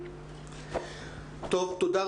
תודה,